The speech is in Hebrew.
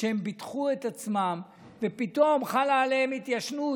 שהם ביטחו את עצמם ופתאום חלה עליהם התיישנות.